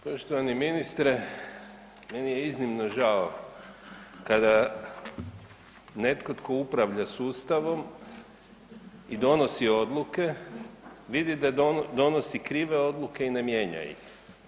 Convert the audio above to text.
Poštovani ministre, meni je iznimno žao kada netko tko upravlja sustavom i donosi odluke, vidi da donosi krive odluke i ne mijenja ih.